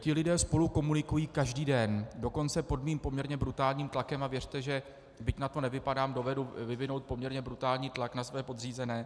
Ti lidé spolu komunikují každý den, dokonce pod mým poměrně brutálním tlakem, a věřte, že byť na to nevypadám, dovedu vyvinout poměrně brutální tlak na své podřízené.